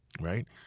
right